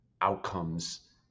outcomes